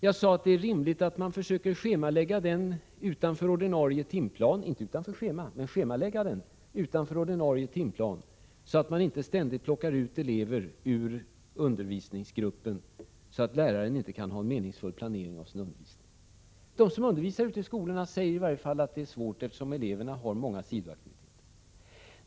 Jag sade att det är rimligt att man försöker schemalägga den utanför ordinarie timplan — alltså inte utanför schemat utan endast utanför ordinarie timplan — för att inte ständigt behöva plocka ut elever ur undervisningsgruppen, så att lärare inte kan få en meningsfull planering av sin undervisning. De som undervisar i skolorna säger i alla fall att det är svårt när eleverna har många sidoaktiviteter.